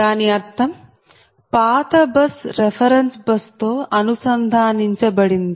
దాని అర్థం పాత బస్ రెఫెరెన్స్ బస్ తో అనుసంధానించబడింది